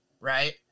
Right